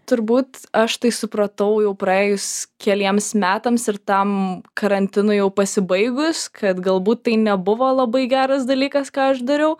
turbūt aš tai supratau jau praėjus keliems metams ir tam karantinui jau pasibaigus kad galbūt tai nebuvo labai geras dalykas ką aš dariau